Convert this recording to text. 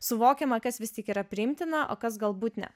suvokiama kas vis tik yra priimtina o kas galbūt ne